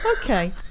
Okay